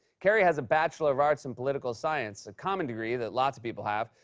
kerry has a bachelor of arts in political science, a common degree that lots of people have.